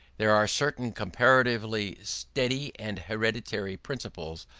there are certain comparatively steady and hereditary principles,